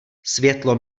světlo